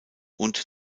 und